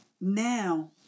now